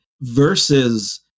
versus